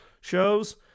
shows